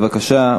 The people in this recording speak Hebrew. בבקשה,